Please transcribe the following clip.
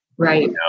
Right